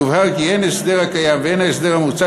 יובהר כי הן ההסדר הקיים והן ההסדר המוצע